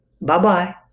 Bye-bye